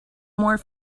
more